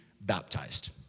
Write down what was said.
baptized